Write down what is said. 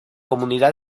localidad